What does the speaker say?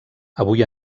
avui